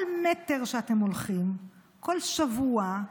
כל מטר שאתם הולכים, כל שבוע,